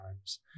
times